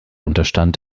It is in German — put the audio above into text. unterstand